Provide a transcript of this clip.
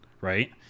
right